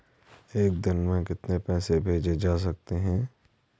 एक दिन में कितने पैसे भेजे जा सकते हैं?